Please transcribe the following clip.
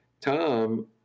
Tom